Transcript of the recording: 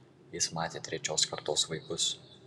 jis matė trečios kartos vaikus